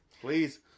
Please